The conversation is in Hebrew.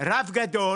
רב גדול